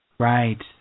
Right